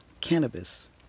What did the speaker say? Cannabis